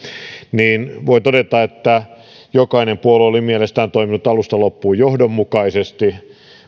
niin voi todeta että jokainen puolue oli mielestään toiminut alusta loppuun johdonmukaisesti